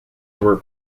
were